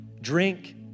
drink